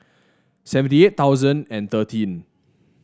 seventy eight thousand and thirteen